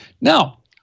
now